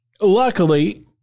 luckily